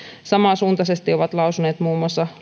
samansuuntaisesti ovat lausuneet muun muassa